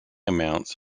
amounts